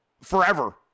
forever